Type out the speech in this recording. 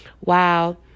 wow